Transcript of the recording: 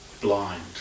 blind